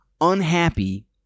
unhappy